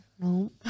no